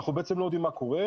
אנחנו בעצם לא יודעים מה קורה,